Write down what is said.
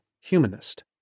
humanist